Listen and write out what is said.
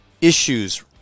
issues